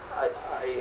I I